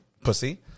pussy